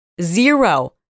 zero